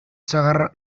sagar